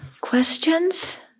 questions